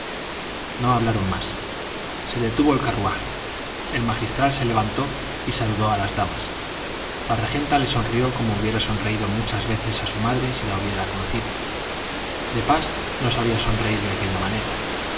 no hablaron más se detuvo el carruaje el magistral se levantó y saludó a las damas la regenta le sonrió como hubiera sonreído muchas veces a su madre si la hubiera conocido de pas no sabía sonreír de aquella manera